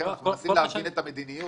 אנחנו מנסים להבין את המדיניות,